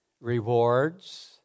rewards